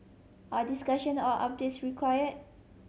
are discussion or updates required